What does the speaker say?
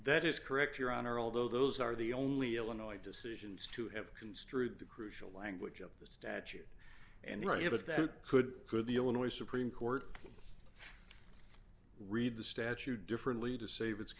that is correct your honor although those are the only illinois decisions to have construed the crucial language of the statute and i have if that could could the illinois supreme court read the statute differently to save it